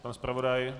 Pan zpravodaj?